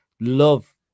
love